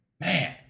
Man